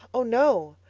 oh, no,